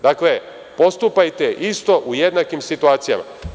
Dakle, postupajte isto u jednakim situacijama.